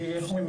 היא איך אומרים,